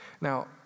Now